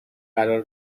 قرار